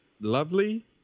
lovely